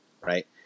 right